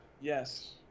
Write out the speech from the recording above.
Yes